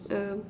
err